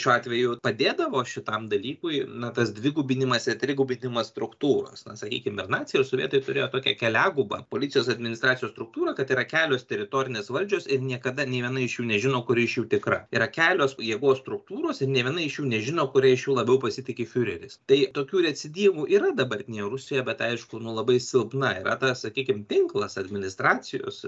šiuo atveju padėdavo šitam dalykui na tas dvigubinimas ir trigubinimas struktūros na sakykim ir naciai ir sovietai turėjo tokią keliagubą policijos administracijos struktūrą kad yra kelios teritorinės valdžios ir niekada nė viena iš jų nežino kuri iš jų tikra yra kelios jėgos struktūros ir nė viena iš jų nežino kuria iš jų labiau pasitiki fiureris tai tokių recidyvų yra dabartinėje rusijoje bet aišku nu labai silpna yra tas sakykim tinklas administracijos